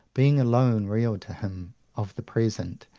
being alone real to him of the present.